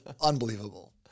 unbelievable